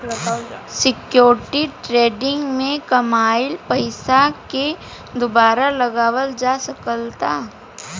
security trading में कामयिल पइसा के दुबारा लगावल जा सकऽता